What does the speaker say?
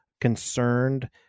concerned